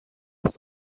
دست